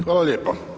Hvala lijepo.